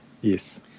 Yes